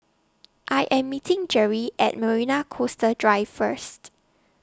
I Am meeting Jere At Marina Coastal Drive First